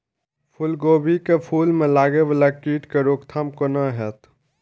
फुल गोभी के फुल में लागे वाला कीट के रोकथाम कौना हैत?